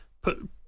put